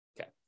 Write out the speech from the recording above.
Okay